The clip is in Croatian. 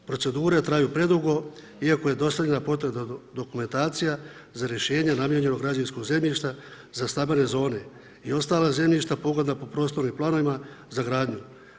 Procedure traju predugo iako je dostavljena potrebna dokumentacija za rješenja namijenjenog građevinskog zemljišta za stambene zone i ostala zemljišta pogodna po prostornim planovima za gradnju.